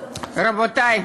רבותי,